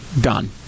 done